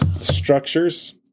structures